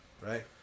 right